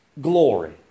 glory